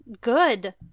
good